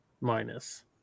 minus